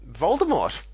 Voldemort